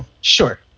Sure